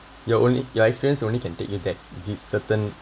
your only your experience only can take you that this certain